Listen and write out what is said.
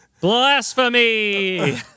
Blasphemy